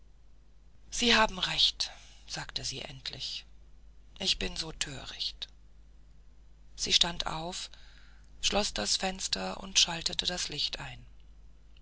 sie haben recht sagte sie endlich ich bin so töricht sie stand auf schloß das fenster und schaltete das licht ein